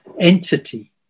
entity